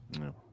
No